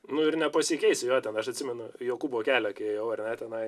nu ir nepasikeisi jo ten aš atsimenu jokūbo kelio kai ėjau ar tenai